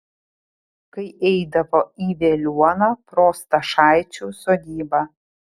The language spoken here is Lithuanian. kai eidavo į veliuoną pro stašaičių sodybą